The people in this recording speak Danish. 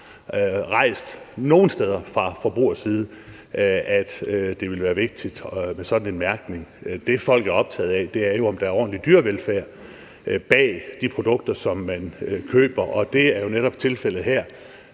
er blevet rejst krav om, at det ville være vigtigt med sådan en mærkning. Det, som folk er optaget af, er jo, om der er en ordentlig dyrevelfærd bag de produkter, som man køber, og det er jo netop tilfældet her,